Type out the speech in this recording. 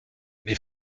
les